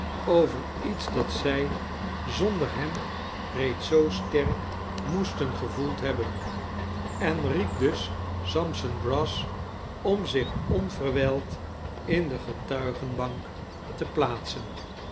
over iets dat zij zonder hem reeds zoo sterk moesten gevoeld hebben en riep dus sampson brass om zich onverwijld in de getuigenbank te plaatsen